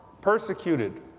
persecuted